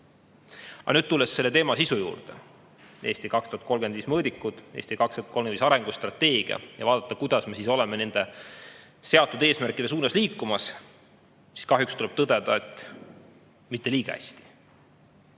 Aga nüüd tulen selle teema sisu juurde: "Eesti 2035" mõõdikud, "Eesti 2035" arengustrateegia. Kui vaadata, kuidas me oleme nende seatud eesmärkide suunas liikumas, siis kahjuks tuleb tõdeda, et mitte liiga hästi.